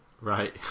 Right